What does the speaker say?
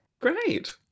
Great